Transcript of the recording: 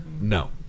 no